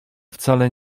wcale